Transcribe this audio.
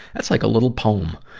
that's like a little poem.